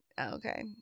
Okay